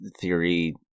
theory